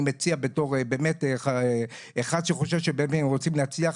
אני מציע בתור אחד שבאמת חושב ושרוצה להצליח,